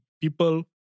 people